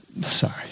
Sorry